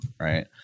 Right